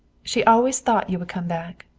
she always thought you would come back.